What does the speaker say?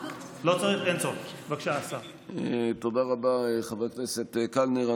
תודה רבה, חבר הכנסת קלנר.